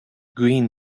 green